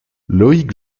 loïc